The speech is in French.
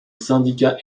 syndicat